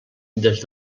des